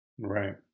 right